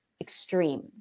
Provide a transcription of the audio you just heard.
extreme